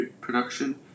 production